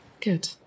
Good